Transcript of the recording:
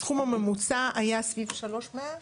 הסכום הממוצע היה סביב 3,100 ש"ח